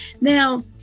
now